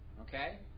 Okay